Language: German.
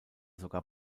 sogar